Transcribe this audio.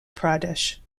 pradesh